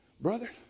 brother